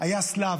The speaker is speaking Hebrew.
היה השלו,